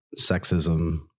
sexism